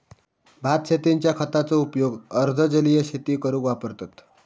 भात शेतींच्या खताचो उपयोग अर्ध जलीय शेती करूक वापरतत